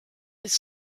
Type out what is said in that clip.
this